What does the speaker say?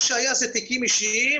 מה שהיה זה תיקים אישיים